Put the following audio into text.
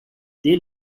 they